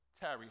Terry